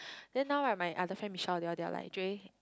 then now right my other friend Michelle they all they are like Jay